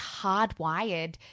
hardwired